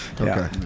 Okay